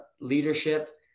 leadership